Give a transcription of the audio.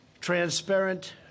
transparent